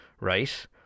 Right